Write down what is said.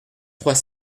trois